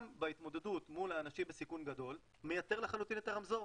גם בהתמודדות מול אנשים בסיכון גדול מייתר לחלוטין את הרמזור.